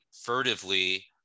furtively